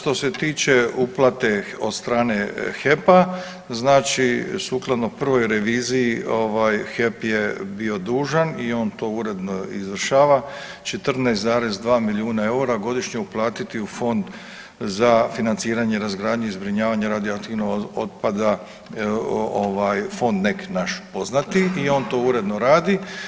Što se tiče uplate od strane HEP-a znači sukladno prvoj reviziji HEP je bio dužan i on to uredno izvršava 14,2 milijuna eura godišnje uplatiti u Fond za financiranje, razgradnju i zbrinjavanje radioaktivnog otpada Fond NEK naš poznati i on to uredno rad.